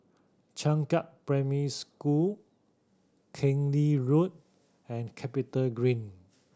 Changkat Primary School Keng Lee Road and CapitaGreen